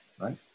right